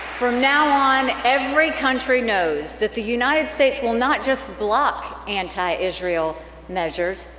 from now on, every country knows that the united states will not just block anti-israel measures,